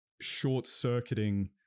short-circuiting